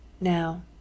Now